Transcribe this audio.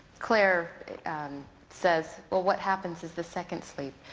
claire um says, well what happens is the second sleep.